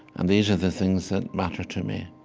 and these are the things that matter to me.